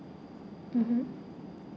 mmhmm